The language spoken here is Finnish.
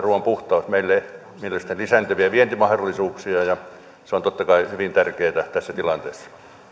ruuan puhtaus tarjoaa meille mielestäni myöskin lisääntyviä vientimahdollisuuksia ja se on totta kai hyvin tärkeää tässä